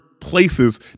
places